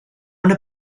una